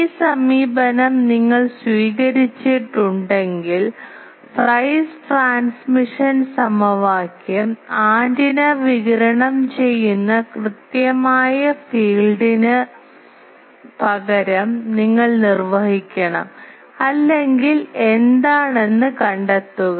ഈ സമീപനം നിങ്ങൾ സ്വീകരിച്ചിട്ടുണ്ടെങ്കിൽ ഫ്രൈസ് ട്രാൻസ്മിഷൻ സമവാക്യം ആന്റിന വികിരണം ചെയ്യുന്ന കൃത്യമായ ഫീൽഡിന് പകരം നിങ്ങൾ നിർവ്വഹിക്കണം അല്ലെങ്കിൽ എന്താണ് എന്ന് കണ്ടെത്തുക